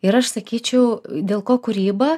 ir aš sakyčiau dėl ko kūryba